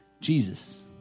Jesus